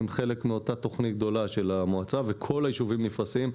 הם חלק מאותה תוכנית גדולה של המועצה וכל היישובים נפרסים.